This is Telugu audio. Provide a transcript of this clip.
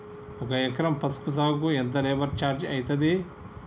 ఒక ఎకరం పసుపు సాగుకు ఎంత లేబర్ ఛార్జ్ అయితది?